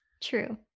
True